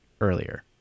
earlier